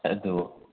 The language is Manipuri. ꯑꯗꯣ